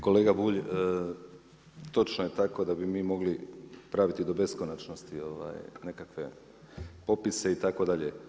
Kolega Bulj, točno je tako da bi mi mogli praviti do beskonačnosti nekakve popise itd.